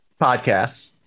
podcasts